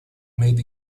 made